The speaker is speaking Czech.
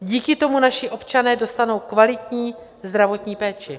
Díky tomu naši občané dostanou kvalitní zdravotní péči.